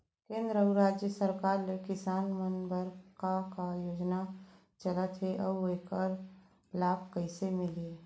केंद्र अऊ राज्य सरकार ले किसान मन बर का का योजना चलत हे अऊ एखर लाभ कइसे मिलही?